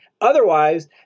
otherwise